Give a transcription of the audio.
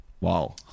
Wow